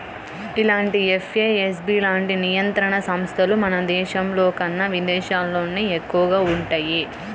ఇలాంటి ఎఫ్ఏఎస్బి లాంటి నియంత్రణ సంస్థలు మన దేశంలోకన్నా విదేశాల్లోనే ఎక్కువగా వుంటయ్యి